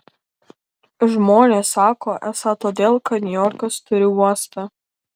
žmonės sako esą todėl kad niujorkas turi uostą